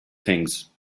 things